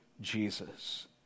Jesus